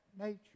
nature